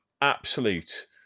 absolute